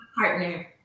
Partner